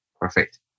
Perfect